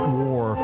war